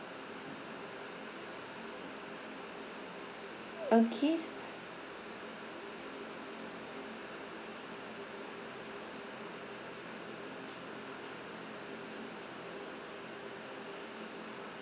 okay